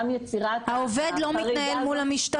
גם יצירת החריגה --- העובד לא מתנהל בעצמו מול המשטרה,